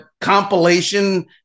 compilation